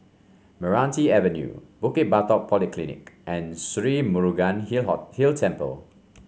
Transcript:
Meranti Avenue Bukit Batok Polyclinic and Sri Murugan Hill Hill Temple